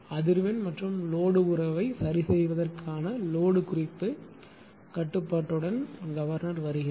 அதிர்வெண் மற்றும் லோடு உறவை சரிசெய்வதற்கான லோடு குறிப்பு கட்டுப்பாட்டுடன் கவர்னர் வருகிறது